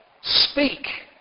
speak